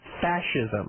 Fascism